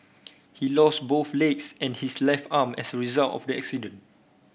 he lost both legs and his left arm as a result of the accident